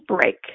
break